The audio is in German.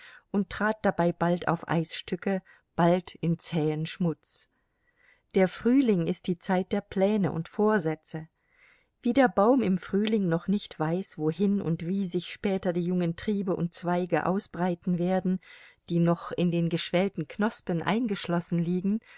und trat dabei bald auf eisstücke bald in zähen schmutz der frühling ist die zeit der pläne und vorsätze wie der baum im frühling noch nicht weiß wohin und wie sich später die jungen triebe und zweige ausbreiten werden die noch in den geschwellten knospen eingeschlossen liegen